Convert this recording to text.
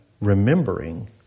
remembering